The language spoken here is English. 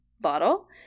bottle